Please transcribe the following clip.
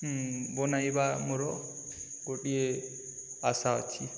ବନେଇବା ମୋର ଗୋଟିଏ ଆଶା ଅଛି